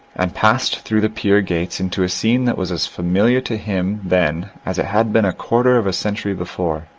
and passed through the pier gates into a scene that was as familiar to him then as it had been a quarter of a century before.